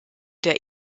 der